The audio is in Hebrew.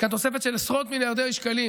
יש כאן תוספת של עשרות מיליארדי שקלים